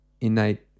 innate